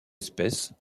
espèces